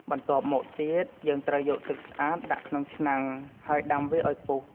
បន្ទាប់មកទៀត យើងត្រូវយកទឺកស្អាតដាក់ក្នុងឆ្នាំង ហើយដាំវាឱ្យពុះ។